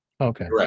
Okay